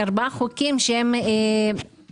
ארבעה חוקים שהם פרסונליים?